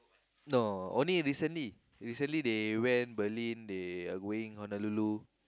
no only recently recently they went Berlin they are going Honolulu